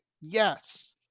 yes